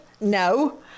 No